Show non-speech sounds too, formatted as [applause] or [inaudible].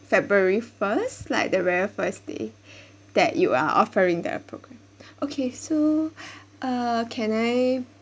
february first like the very first day [breath] that you are offering that program okay so [breath] uh can I